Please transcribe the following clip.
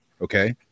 Okay